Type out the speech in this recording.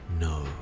No